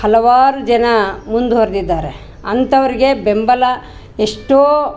ಹಲವಾರು ಜನ ಮುಂದ್ವರ್ದಿದ್ದಾರೆ ಅಂಥವ್ರಿಗೆ ಬೆಂಬಲ ಎಷ್ಟೋ